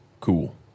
cool